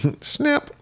Snap